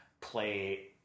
play